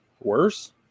worse